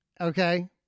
okay